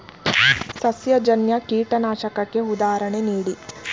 ಸಸ್ಯಜನ್ಯ ಕೀಟನಾಶಕಕ್ಕೆ ಉದಾಹರಣೆ ನೀಡಿ?